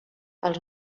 els